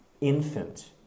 infant